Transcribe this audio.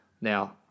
Now